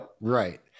Right